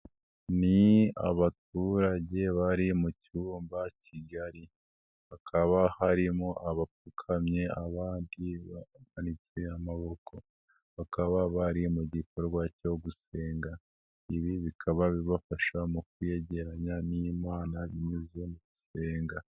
Ni abaturage bari mu cyumba kigari hakaba harimo abapfukamye abandi bamanitse amaboko, bakaba bari mu gikorwa cyo gusenga, ibi bikaba bibafasha mu kwiyegeranya n'imana binyuze mu gusenga.